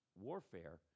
warfare